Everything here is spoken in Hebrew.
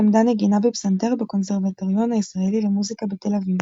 למדה נגינה בפסנתר בקונסרבטוריון הישראלי למוזיקה בתל אביב.